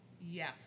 yes